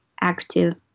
active